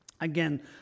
again